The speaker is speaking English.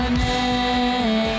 name